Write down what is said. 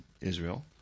Israel